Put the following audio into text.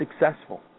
successful